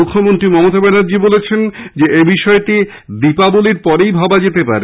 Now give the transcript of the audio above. মুখ্যমন্ত্রী মমতা ব্যানার্জি বলেছেন এবিষয়টি দীপাবলীর পরেই ভাবা যেতে পারে